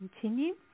continue